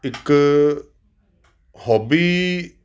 ਇੱਕ ਹੋਬੀ